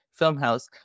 Filmhouse